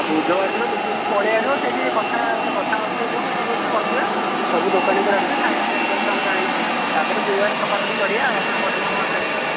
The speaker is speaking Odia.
ବୁଧବାର ଦିନ ମିଟିଙ୍ଗ କି ପଳେଇ ଆସିବ ସେହିଠି କଥା କଥା ହେଉଥିବ ସବୁ ମିଟିଙ୍ଗରେ ବସିବା ସବୁ ଦୋକାନୀଙ୍କୁ ଡାକିଛନ୍ତି ଖାଇବା ପିଇବା ବ୍ୟବସ୍ଥା ମଧ୍ୟ ହୋଇଛି ତା'ପରେ ଗୁରୁବାର ସଫା ସଫି କରିବା ଆମର ପରିମଳ ମାର୍କେଟ ଆଉ